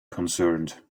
concerned